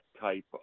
type